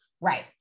Right